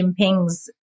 Jinping's